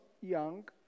young